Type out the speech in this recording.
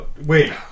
Wait